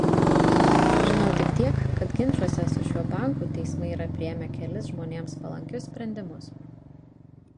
žinau tik tiek kad ginčuose su šiuo banku teismai yra priėmę kelis žmonėms palankius sprendimus